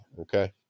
Okay